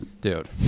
dude